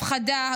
הפחדה,